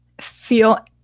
feel